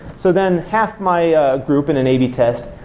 so then half my group in an ab test,